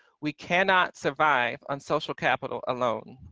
we cannot survive on social capital alone.